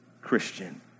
Christian